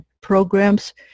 programs